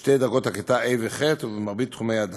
בשתי דרגות הכיתה ה' וח' ובמרבית תחומי הדעת.